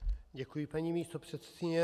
Děkuji, paní místopředsedkyně.